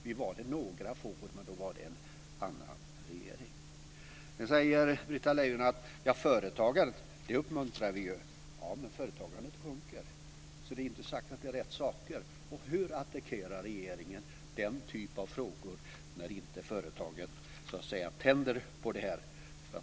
Vi nådde det några få år, men då var det en annan regering. Britta Lejon säger att regeringen uppmuntrar företagandet. Men företagandet sjunker. Det är inte sagt att det är rätt saker som görs. Hur angriper regeringen den typen av frågor, dvs. när företagen inte så att säga tänder på åtgärderna?